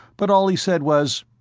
but all he said was,